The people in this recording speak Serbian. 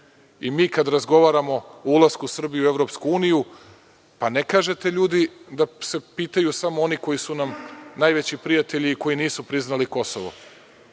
kad razgovaramo o ulasku Srbije u EU, ne kažete ljudi da se pitaju samo oni koji su nam najveći prijatelji i koji nisu priznali Kosovo,